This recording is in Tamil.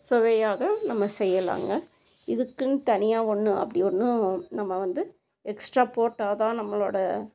சுவையாக நம்ம செய்யலாங்க இதுக்குன்னு தனியா ஒன்றும் அப்படி ஒன்னும் நம்ம வந்து எக்ஸ்ட்ரா போட்டால் தான் நம்மளோடய